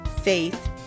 faith